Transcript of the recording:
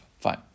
Fine